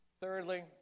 Thirdly